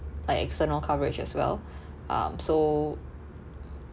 like external coverage as well um so